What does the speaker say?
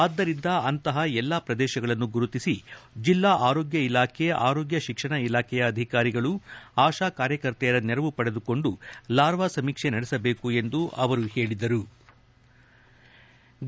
ಆದುದರಿಂದ ಅಂತಹ ಎಲ್ಲಾ ಪ್ರದೇಶಗಳನ್ನು ಗುರುತಿಸಿ ಜಿಲ್ಲಾ ಆರೋಗ್ಯ ಇಲಾಖೆ ಆರೋಗ್ಯ ಶಿಕ್ಷಣ ಇಲಾಖೆಯ ಅಧಿಕಾರಿಗಳು ಆಶಾ ಕಾರ್ಯಕರ್ತೆಯರ ನೆರವು ಪಡೆದುಕೊಂಡು ಲಾರ್ವಾ ಸಮೀಕ್ಷೆ ನಡೆಸಬೇಕು ಎಂದು ಅವರು ಹೇಳದರು